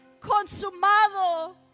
consumado